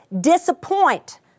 disappoint